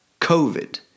COVID